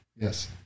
Yes